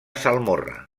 salmorra